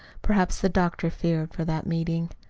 perhaps the doctor feared for that meeting.